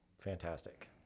fantastic